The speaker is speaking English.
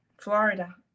Florida